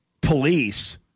police